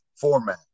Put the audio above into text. format